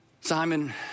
Simon